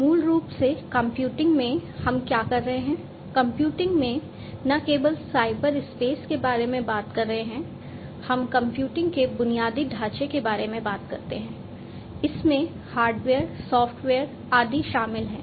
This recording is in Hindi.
मूल रूप से कंप्यूटिंग में हम क्या कर रहे हैं कंप्यूटिंग में न केवल साइबर स्पेस के बारे में बात कर रहे हैं हम कंप्यूटिंग के बुनियादी ढांचे के बारे में बात करते हैं जिसमें हार्डवेयर सॉफ्टवेयर आदि शामिल हैं